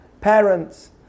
parents